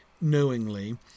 knowingly